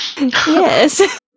Yes